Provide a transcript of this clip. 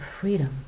freedom